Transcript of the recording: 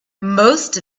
most